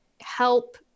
help